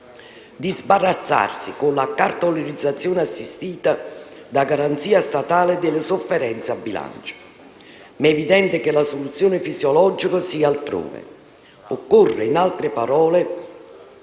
di sbarazzarsi, con la cartolarizzazione assistita da garanzia statale, delle sofferenze a bilancio. Ma è evidente che la soluzione fisiologica sia altrove. Occorre, in altre parole,